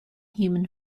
human